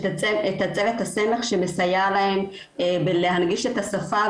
משקיע מאמצים יחד עם הרשויות